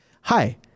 hi